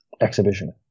Exhibition